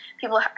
People